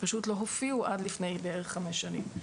הן פשוט לא הופיעו עד לפני בערך חמש שנים.